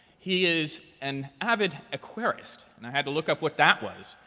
he is an avid aquarist. and i had to look up what that was.